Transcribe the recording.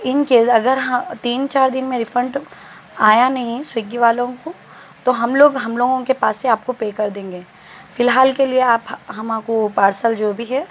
ان کیس اگر تین چار دن میں ریفنڈ آیا نہیں سوگی والوں کو تو ہم لوگ ہم لوگوں کے پاس سے آپ کو پے کر دیں گے فی الحال کے لیے آپ ہم کو پارسل جو بھی ہے